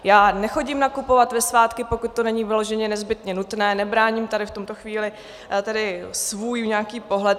Já nechodím nakupovat ve svátky, pokud to není vyloženě nezbytně nutné, nebráním tady v tuto chvíli svůj nějaký pohled.